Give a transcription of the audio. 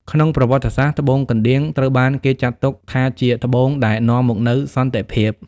ក្នុងប្រវត្តិសាស្ត្រ ត្បូងកណ្ដៀងត្រូវបានគេចាត់ទុកថាជាត្បូងដែលនាំមកនូវសន្តិភាព។